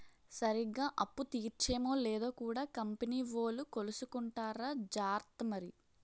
సరిగ్గా అప్పు తీర్చేమో లేదో కూడా కంపెనీ వోలు కొలుసుకుంటార్రా జార్త మరి